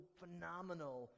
phenomenal